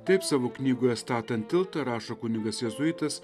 taip savo knygoje statant tiltą rašo kunigas jėzuitas